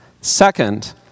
Second